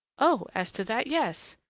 oh! as to that, yes!